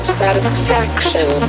satisfaction